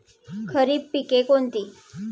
खरीप पिके कोणती?